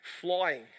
flying